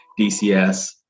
DCS